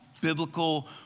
biblical